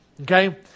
Okay